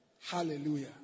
Hallelujah